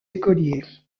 écoliers